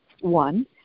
One